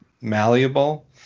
malleable